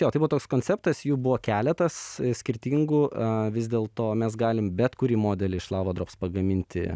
jo tai toks konceptas jų buvo keletas skirtingų a vis dėlto mes galim bet kurį modelį iš lava dops pagaminti